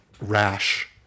rash